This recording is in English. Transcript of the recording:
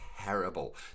terrible